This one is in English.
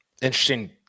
interesting